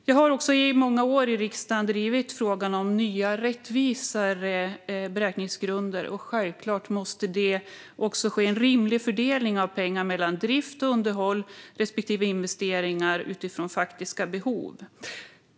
Jag har också i många år i riksdagen drivit frågan om nya, rättvisare beräkningsgrunder. Självklart måste det också ske en rimlig fördelning av pengar mellan drift och underhåll respektive investeringar utifrån faktiska behov.